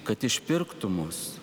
kad išpirktų mus